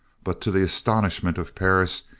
but to the astonishment of perris,